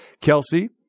Kelsey